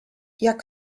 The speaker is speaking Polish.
jak